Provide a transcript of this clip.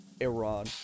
Iran